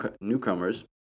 newcomers